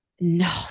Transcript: No